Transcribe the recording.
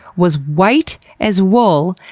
was white as wool,